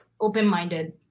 Open-minded